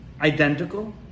identical